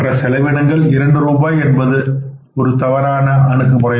மற்ற செலவினங்கள் இரண்டு ரூபாய் என்பது தவறுதலான ஒரு அணுகுமுறை